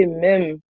même